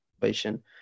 situation